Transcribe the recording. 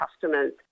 customers